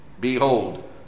Behold